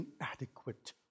inadequate